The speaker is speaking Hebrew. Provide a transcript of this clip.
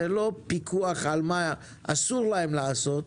זה לא פיקוח על מה אסור להם לעשות אלא זה צו עשה.